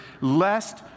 lest